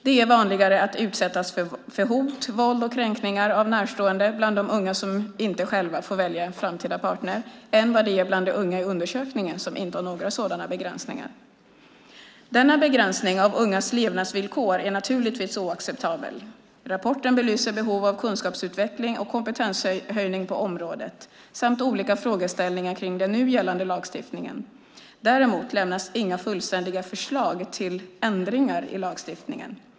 Det är vanligare att utsättas för hot, våld och kränkningar av närstående bland de unga som inte själva får välja framtida partner, än vad det är bland de unga i undersökningen som inte har några sådana begränsningar. Denna begränsning av ungas levnadsvillkor är naturligtvis oacceptabel. Rapporten belyser behov av kunskapsutveckling och kompetenshöjning på området samt olika frågeställningar kring den nu gällande lagstiftningen. Däremot lämnas inga fullständiga förslag till ändringar i lagstiftningen.